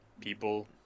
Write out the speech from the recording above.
people